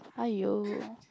aiyo